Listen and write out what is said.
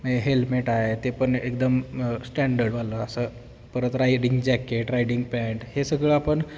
मे helmet आहे ते पण एकदम स्टँडर्डवालं असं परत रायडिंग जॅकेट रायडिंग पॅन्ट हे सगळं आपण